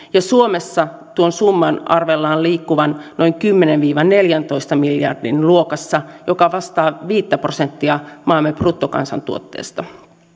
ja suomessa tuon summan arvellaan liikkuvan noin kymmenen viiva neljäntoista miljardin luokassa joka vastaa viittä prosenttia maamme bruttokansantuotteesta